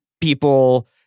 people